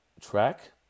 track